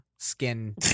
Skin